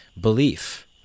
belief